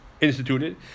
instituted